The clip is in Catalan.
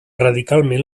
radicalment